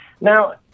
Now